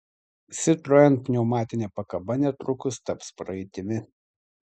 citroen pneumatinė pakaba netrukus taps praeitimi